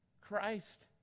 Christ